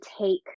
take